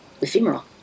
ephemeral